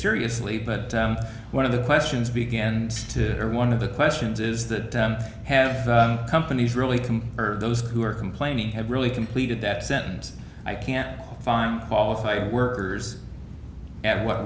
seriously but one of the questions began to one of the questions is that have companies really can those who are complaining have really completed that sentence i can't find qualified workers at what